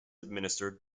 administered